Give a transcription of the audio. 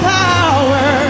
power